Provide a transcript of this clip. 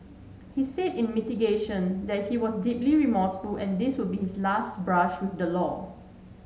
he said in mitigation that he was deeply remorseful and this would be his last brush with the law